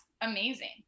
amazing